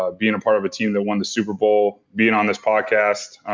ah being a part of a team that won the super bowl, being on this podcast,